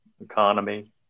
economy